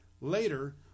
Later